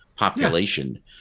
Population